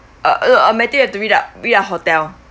we are hotel